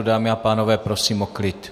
Dámy a pánové, prosím o klid.